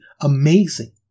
amazing